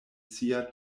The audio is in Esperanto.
sia